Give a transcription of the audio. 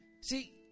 See